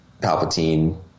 Palpatine